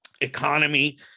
economy